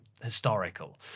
historical